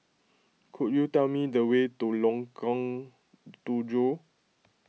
could you tell me the way to Lengkong Tujuh